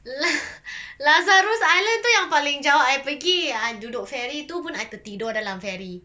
la~ lazarus island tu yang paling jauh I pergi ah duduk ferry tu pun I tertidur dalam ferry